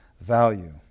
value